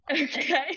okay